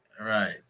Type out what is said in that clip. Right